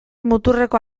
muturreko